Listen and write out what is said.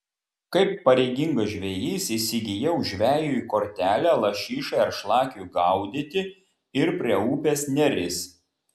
kaip pareigingas žvejys įsigijau žvejui kortelę lašišai ar šlakiui gaudyti ir prie upės neris